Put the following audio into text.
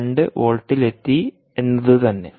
2 വോൾട്ടിലെത്തി എന്നത് തന്നെ